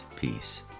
peace